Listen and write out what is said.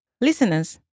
Listeners